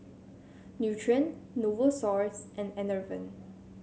Nutren Novosource and Enervon